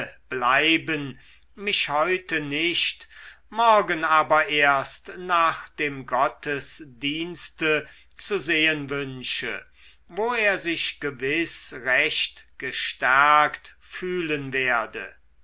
bleiben mich heute nicht morgen aber erst nach dem gottesdienste zu sehen wünsche wo er sich gewiß recht gestärkt fühlen werde